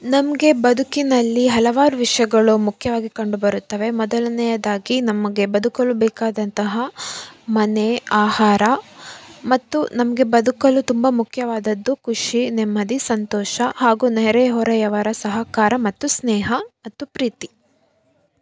ನಮಗೆ ಬದುಕಿನಲ್ಲಿ ಹಲವಾರು ವಿಷಯಗಳು ಮುಖ್ಯವಾಗಿ ಕಂಡು ಬರುತ್ತವೆ ಮೊದಲನೆಯದಾಗಿ ನಮಗೆ ಬದುಕಲು ಬೇಕಾದಂತಹ ಮನೆ ಆಹಾರ ಮತ್ತು ನಮಗೆ ಬದುಕಲು ತುಂಬ ಮುಖ್ಯವಾದದ್ದು ಖುಷಿ ನೆಮ್ಮದಿ ಸಂತೋಷ ಹಾಗೂ ನೆರೆಹೊರೆಯವರ ಸಹಕಾರ ಮತ್ತು ಸ್ನೇಹ ಮತ್ತು ಪ್ರೀತಿ